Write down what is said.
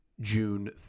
June